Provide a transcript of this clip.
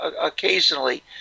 occasionally